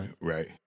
right